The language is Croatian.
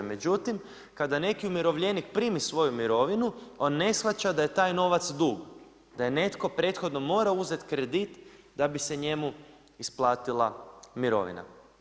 Međutim kada neki umirovljenik primi svoju mirovinu on ne shvaća da je taj novac dug, da je netko prethodno morao uzeti kredit da bi se njemu isplatila mirovina.